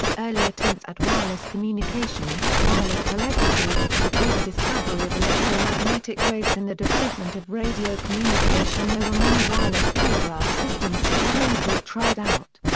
early attempts at wireless communication wireless telegraphy before the discovery of electromagnetic waves and the development of radio communication there were many wireless telegraph systems proposed or tried out.